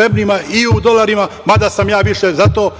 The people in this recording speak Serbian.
evrima i u dolarima, mada sam ja više za to